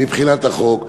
מבחינת החוק,